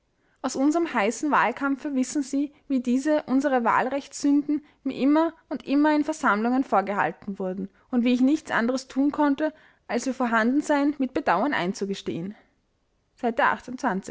aus unserm heißen wahlkampfe wissen sie wie diese unsere wahlrechtssünden mir immer und immer in versammlungen vorgehalten wurden und wie ich nichts anderes tun konnte als ihr vorhandensein mit bedauern einzugestehen